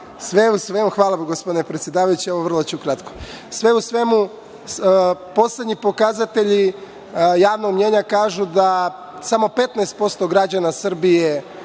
misao, hvala. Hvala, gospodine predsedavajući, vrlo ću kratko. Sve u svemu poslednji pokazatelji javnog mnjenja kažu da samo 15% građana Srbije